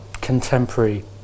contemporary